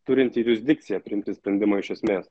turintį jurisdikciją priimti sprendimą iš esmės